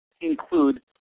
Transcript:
include